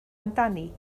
amdani